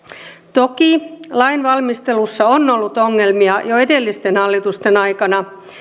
toki lainvalmistelussa on ollut ongelmia jo edellisten hallitusten aikana